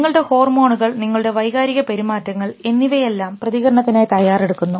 നിങ്ങളുടെ ഹോർമോണുകൾ നിങ്ങളുടെ വൈകാരിക പെരുമാറ്റങ്ങൾ എന്നിവയെല്ലാം പ്രതികരണത്തിനായി തയ്യാറെടുക്കുന്നു